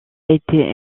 été